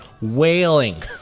wailing